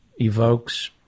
evokes